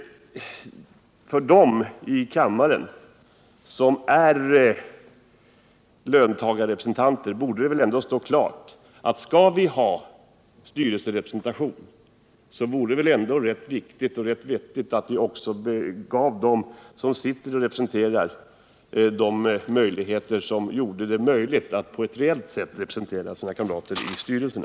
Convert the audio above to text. För dem i kammaren som är löntagarrepresentanter borde ändå följande stå klart: Skall vi ha styrelserepresentation för löntagarna är det viktigt och vettigt att också ge dem möjlighet att på ett reellt sätt representera sina kamrater i styrelserna.